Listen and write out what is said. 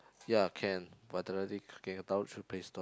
ya can Vitality can download through play store